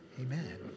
Amen